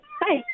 Hi